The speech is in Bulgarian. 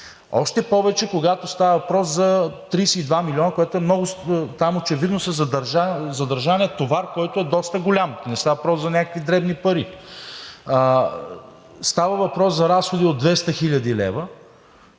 още повече, когато става въпрос за 32 милиона, което е много. Там очевидно е задържан товар, който е доста голям, не става въпрос за някакви дребни пари, а става въпрос за разходи от 200 хил. лв.